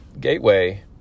Gateway